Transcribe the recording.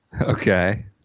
Okay